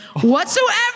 whatsoever